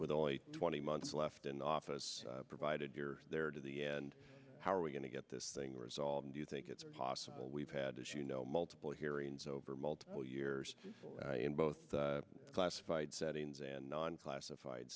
with only twenty months left in office provided you're there to the end how are we going to get this thing resolved do you think it's possible we've had this you know multiple hearings over multiple years in both classified settings and non classified